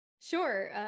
sure